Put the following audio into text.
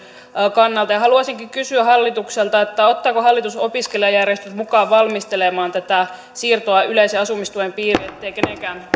kannalta ja haluaisinkin kysyä hallitukselta ottaako hallitus opiskelijajärjestöt mukaan valmistelemaan tätä siirtoa yleisen asumistuen piiriin etteivät kenenkään